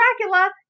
Dracula